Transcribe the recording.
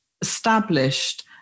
established